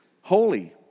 holy